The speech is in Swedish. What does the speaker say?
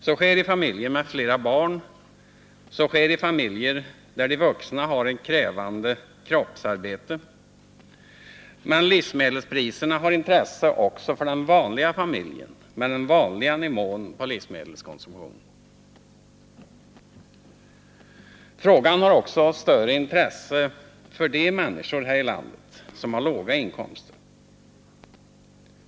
Så är fallet i familjer med flera barn och i familjer där de vuxna har ett krävande kroppsarbete. Men livsmedelspriserna har intresse också för den vanliga familjen med den vanliga nivån på livsmedelskonsumtionen. Frågan har också ett större intresse för de människor här i landet som har låga inkomster.